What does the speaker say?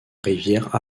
rivière